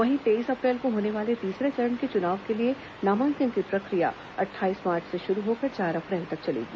वहीं तेईस अप्रैल को होने वाले तीसरे चरण के चुनाव के लिए नामांकन की प्रक्रिया अट्ठाईस मार्च से शुरू होकर चार अप्रैल तक चलेगी